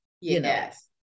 yes